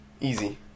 Easy